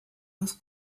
los